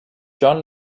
jon